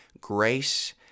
grace